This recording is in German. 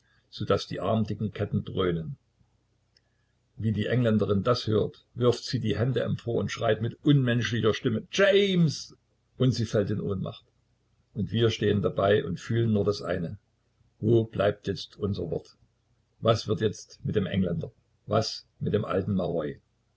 daß die armdicken ketten dröhnen wie die engländerin dies hört wirft sie die hände empor und schreit mit unmenschlicher stimme james und sie fällt in ohnmacht und wir stehen dabei und fühlen nur das eine wo bleibt jetzt unser wort was wird jetzt mit dem engländer was mit dem alten maroi